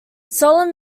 solemn